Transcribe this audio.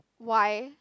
why